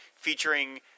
featuring